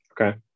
Okay